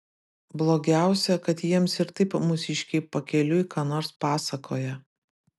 blogiausia kad jiems ir taip mūsiškiai pakeliui ką nors pasakoja